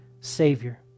Savior